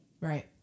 right